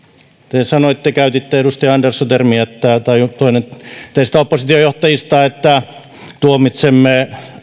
te te käytitte edustaja andersson tai toinen teistä oppositiojohtajista termiä että tuomitsemme